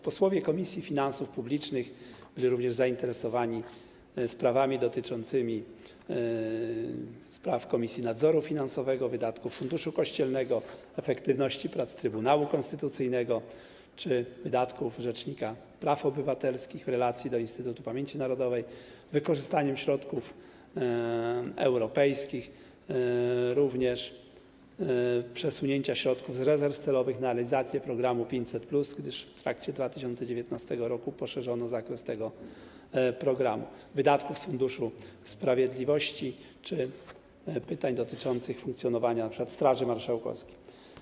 Posłowie Komisji Finansów Publicznych byli również zainteresowani sprawami dotyczącymi Komisji Nadzoru Finansowego, wydatków Funduszu Kościelnego, efektywności prac Trybunału Konstytucyjnego, wydatków rzecznika praw obywatelskich, relacji do Instytutu Pamięci Narodowej, wykorzystania środków europejskich, przesunięcia środków z rezerw celowych na realizację programu 500+, gdyż w trakcie 2019 r. poszerzono zakres tego programu, wydatków z Funduszu Sprawiedliwości czy pytań dotyczących funkcjonowania np. Straży Marszałkowskiej.